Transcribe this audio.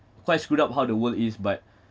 quite screwed up how the world is but